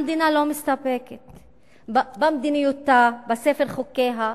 המדינה לא מסתפקת במדיניותה, בספר חוקיה.